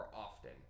often